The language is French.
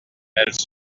elle